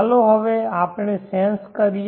ચાલો હવે આપણે સેન્સ કરીએ